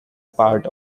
part